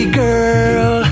girl